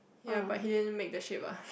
ya but he didn't make the shape ah